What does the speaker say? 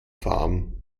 farben